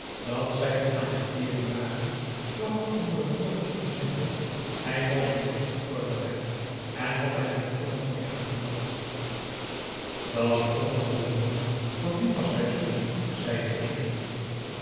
dat zij aan het teeren waren vlak onder het poortje van zijn hut hij was er niet op voorbereid en had er geen oogenblik aan gedacht da's ook n mooie mop van dien passagier zei de een